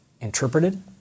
interpreted